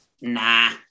Nah